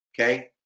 okay